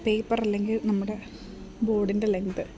paper ആല്ലെങ്കിൽ നമ്മുടെ ബോഡിൻ്റെ ലെങ്ത്ത്